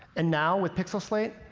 and now, with pixel slate,